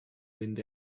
wind